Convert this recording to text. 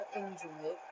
enjoy